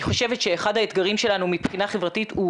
אני חושבת שאחד האתגרים שלנו מבחינה חברתית הוא